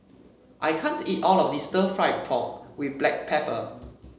I can't eat all of this stir fry pork with Black Pepper